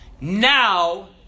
Now